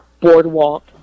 Boardwalk